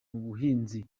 buhinzi